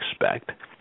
expect